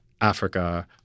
Africa